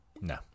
No